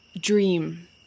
dream